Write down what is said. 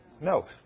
No